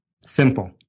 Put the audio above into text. Simple